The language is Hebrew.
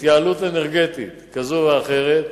להתייעלות אנרגטית כזאת או אחרת,